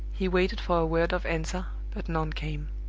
he waited for a word of answer, but none came.